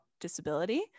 disability